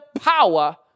power